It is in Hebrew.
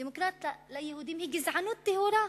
דמוקרטיה ליהודים היא גזענות טהורה.